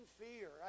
fear